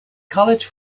college